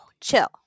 chill